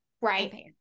Right